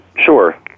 Sure